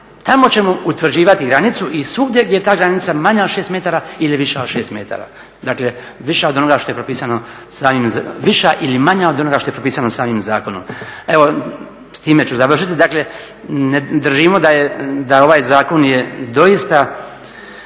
tamo ćemo utvrđivati granicu i svugdje gdje je ta granica manja od 6 metara ili je viša od 6 metara. Dakle, viša od onoga što je propisano, viša ili manja od onoga što je propisano samim zakonom. Evo, s time ću završiti. Dakle, držimo da ovaj zakon je doista